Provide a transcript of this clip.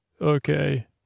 Okay